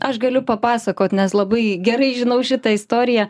aš galiu papasakot nes labai gerai žinau šitą istoriją